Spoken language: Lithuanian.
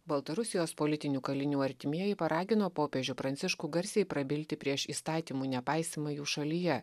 baltarusijos politinių kalinių artimieji paragino popiežių pranciškų garsiai prabilti prieš įstatymų nepaisymą jų šalyje